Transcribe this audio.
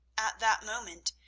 at that moment,